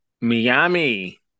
Miami